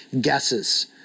guesses